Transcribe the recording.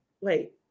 Wait